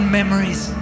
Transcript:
memories